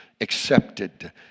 accepted